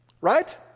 Right